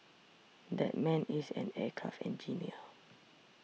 that man is an aircraft engineer